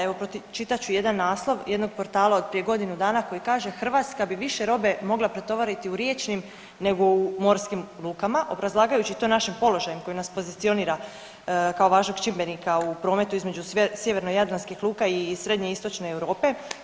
Evo pročitat ću jedan naslov jednog portala od prije godinu dana koji kaže „Hrvatska bi više robe mogla pretovariti u riječnim nego u morskim lukama“ obrazlagajući to našim položajem koji nas pozicionira kao važnog čimbenika u prometu između sjevernojadranskih luka i Srednje i Istočne Europe.